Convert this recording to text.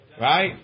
Right